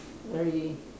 very